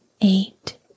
eight